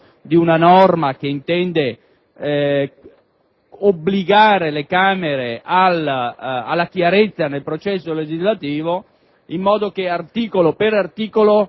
di una norma che intende obbligare le Camere alla chiarezza nel processo legislativo, in modo che ci sia affinità